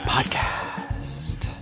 Podcast